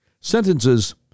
Sentences